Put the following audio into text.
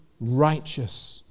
righteous